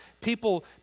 people